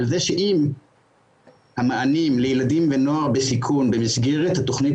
על זה שאם המענים לילדים ונוער בסיכון במסגרת התכנית